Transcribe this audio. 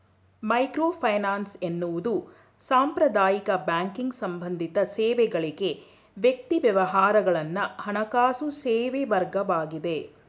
microfinance ಎನ್ನುವುದು ಸಾಂಪ್ರದಾಯಿಕ banking ಸಂಬಂಧಿತ ಸೇವೆಗಳ್ಗೆ ವ್ಯಕ್ತಿ ವ್ಯವಹಾರಗಳನ್ನ ಹಣಕಾಸು ಸೇವೆವರ್ಗವಾಗಿದೆ